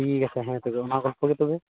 ᱴᱷᱤᱠ ᱟᱪᱷᱮ ᱦᱮᱸ ᱛᱚᱵᱮ ᱚᱱᱟ ᱜᱚᱞᱯᱚ ᱜᱮ ᱛᱚᱵᱮ